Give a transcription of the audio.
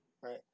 right